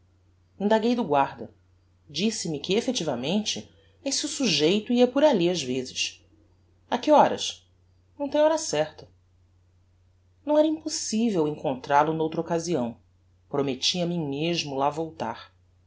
indaguei do guarda disse-me que effectivamente esse sujeito ia por alli ás vezes a que horas não tem hora certa não era impossivel encontral o n'outra occasião prometti a mim mesmo lá voltar